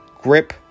grip